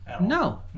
No